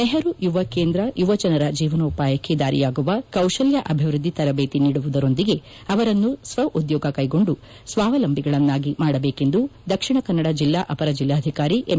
ನೆಹರು ಯುವ ಕೇಂದ್ರ ಯುವ ಜನರ ಜೀವನೋಪಾಯಕ್ಕೆ ದಾರಿಯಾಗುವ ಕೌತಲ್ಯ ಅಭಿವೃದ್ದಿ ತರಬೇತಿ ನೀಡುವುದರೊಂದಿಗೆ ಅವರನ್ನು ಸ್ವ ಉದ್ಯೋಗ ಕೈಗೊಂಡು ಸ್ವಾವಲಂಬಿಗಳನ್ನಾಗಿ ಮಾಡಬೇಕೆಂದು ದಕ್ಷಿಣ ಕನ್ನಡ ಜಿಲ್ಲಾ ಅಪರ ಜಿಲ್ಲಾಧಿಕಾರಿ ಎಂ